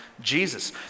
Jesus